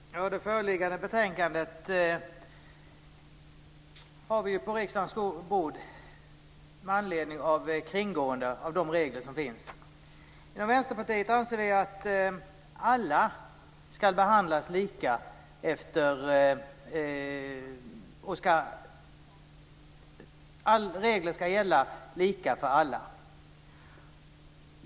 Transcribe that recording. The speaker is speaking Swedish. Fru talman! Det föreliggande betänkandet har vi på riksdagens bord med anledning av kringgående av de regler som finns. I Vänsterpartiet anser vi att alla ska behandlas lika och att regler ska gäller lika för alla.